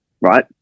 right